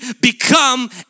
become